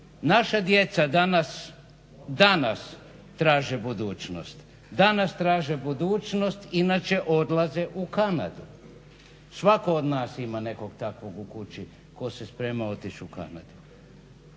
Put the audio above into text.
Naša djeca danas, danas traže budućnost, danas traže budućnost inače odlaze u Kanadu. Svatko od nas ima nekog takvog u kući ko se sprema otići u Kanadu.